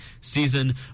season